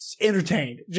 entertained